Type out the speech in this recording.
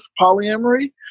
polyamory